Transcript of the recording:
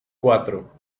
cuatro